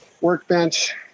workbench